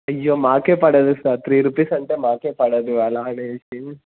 అయ్యో మాకే పడదు సార్ త్రీ రూపీస్ అంటే మాకే పడదు అలా అనేసి